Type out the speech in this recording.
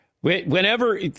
Whenever